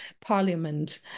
parliament